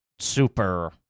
super